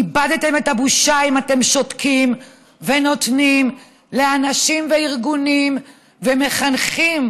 איבדתם את הבושה אם אתם שותקים ונותנים לאנשים ולארגונים ומחנכים,